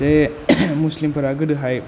जे मुसलिमफोरा गोदोहाय